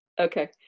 okay